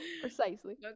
precisely